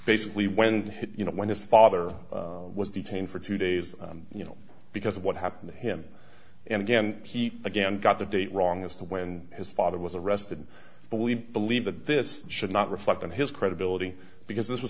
basically when you know when his father was detained for two days you know because of what happened to him and again he again got the date wrong as to when his father was arrested but we believe that this should not reflect on his credibility because this was